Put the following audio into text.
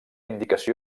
indicació